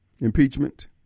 impeachment